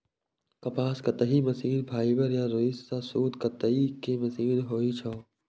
कपास कताइ machine fibre या रुइ सं सूत कताइ के मशीन होइ छै